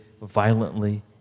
violently